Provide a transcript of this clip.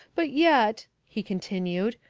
but yet, he continued,